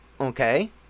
okay